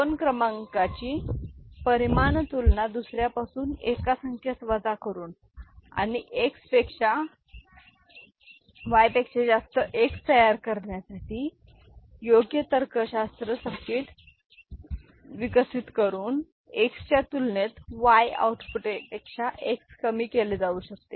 दोन क्रमांकाची परिमाण तुलना दुसर्यापासून एका संख्येस वजा करुन आणि या Xपेक्षा वाईपेक्षा जास्त X तयार करण्यासाठी योग्य तर्कशास्त्र सर्किट विकसित करून X च्या तुलनेत Y आउटपुटपेक्षा X कमी केले जाऊ शकते